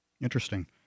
Interesting